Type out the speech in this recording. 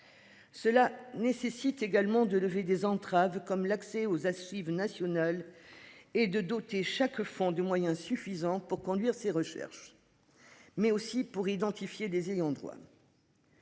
Cela nécessite également de levée des entraves comme l'accès aux archives nationales et de doter chaque font de moyens suffisants pour conduire ces recherches. Mais aussi pour identifier des ayants droit.